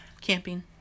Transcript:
Camping